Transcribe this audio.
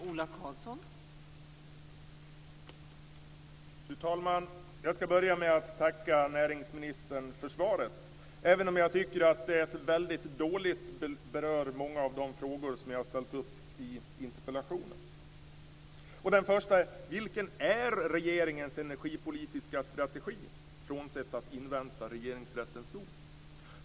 Fru talman! Jag skall börja med att tacka näringsministern för svaret, även om jag tycker att det väldigt dåligt berör många av de frågor som jag ställt i interpellationen. Den första frågan var: Vilken är regeringens energipolitiska strategi, frånsett att invänta Regeringsrättens dom?